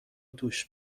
توش